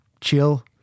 chill